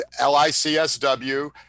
LICSW